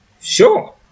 Sure